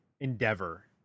endeavor